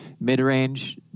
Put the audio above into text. mid-range